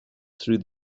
through